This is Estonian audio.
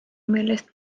millest